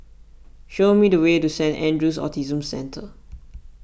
show me the way to Saint andrew's Autism Centre